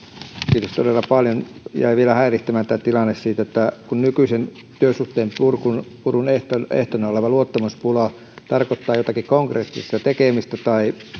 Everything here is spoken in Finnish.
kiitos todella paljon jäi vielä häiritsemään tämä tilanne kun nykyisin työsuhteen purun purun ehtona oleva luottamuspula tarkoittaa jotakin konkreettista tekemistä jos on näyttöön